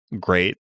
great